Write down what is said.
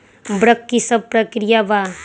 वक्र कि शव प्रकिया वा?